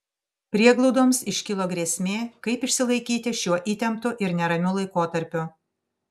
prieglaudoms iškilo grėsmė kaip išsilaikyti šiuo įtemptu ir neramiu laikotarpiu